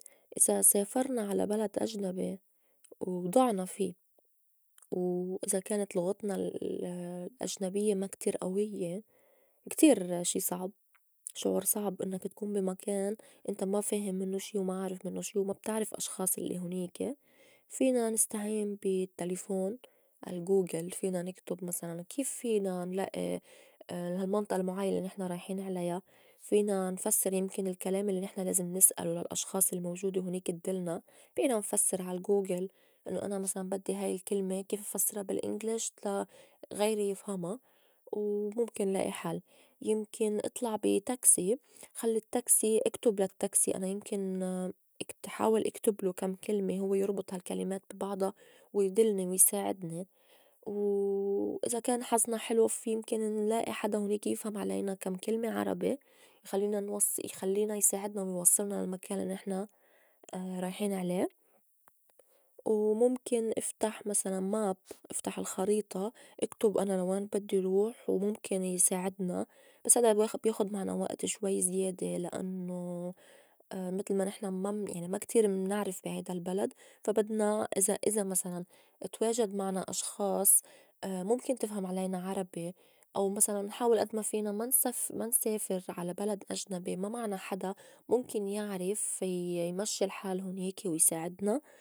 إذا سافرنا على بلد أجنبي وضُعنا في و إذا كانت لُغتنا ال- الأجنبيّة ما كتير أويّة كتير شي صعب شعور صعب إنّك تكون بي مكان إنت ما فاهم منّو شي وما عارف منّو شي وما بتعرف أشخاص الّي هونيكة فينا نستعين بالتّلفون الغوغل، فينا نكتُب مسلاً كيف فينا نلائي هالمنطئة المُعيّنة الّي نحن رايحين عليا؟ فينا نفسّر يمكن الكلام الّي نحن لازم نسألو للأشخاص الموجودة هونيكة ادّلنا فينا نفسّر عالغوغل إنّو أنا مسلاً بدّي هاي الكلمة كيف فسّرا بال english لا غيري يفهما و مُمكن لائي حل، يمكن إطلع بي تاكسي خلّي التّاكسي اكتب لا تاكسي أنا يمكن حاول إكتبلو كم كلمة هوّ يربط هالكلمات بي بعضا ويدلني و يساعدني، و وإذا كان حظنا حلو في يمكن نلائي حدا هونيكي يفهم علينا كم كلمة عربي خلّينا نوصّي خلّينا يساعدنا ويوصّلنا للمكان الّي نحن رايحين عليه، ومُمكن إفتح مسلاً map أفتح الخريطة اكتُب أنا لا وين بدّي روح ومُمكن يساعدنا بس هلّأ بياخُد- بياخُد معنا شوي زيادة لأنّو متل ما نحن ما- ما كتير منعرف بي هيدا البلد فا بدنا إذا- إذا مسلاً تواجد معنا أشخاص مُمكن تفهم علينا عربي، أو مسلاً نحاول أد ما فينا ما- نسف- ما نسافر على بلد أجنبي ما معنا حدا مُمكن يعرف ي- يمشّي الحال هونيك ويساعدنا.